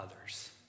others